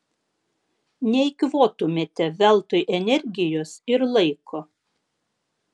neeikvotumėte veltui energijos ir laiko